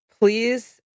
please